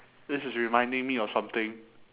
this is reminding me of something